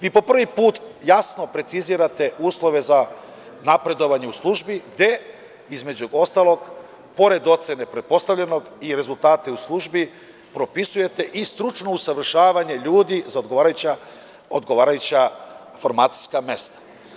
Vi po prvi put jasno precizirate uslove za napredovanje u službi, gde između ostalog, pored procene pretpostavljenog i rezultata u službi propisujete stručno usavršavanje ljudi za odgovarajuća formacijska mesta.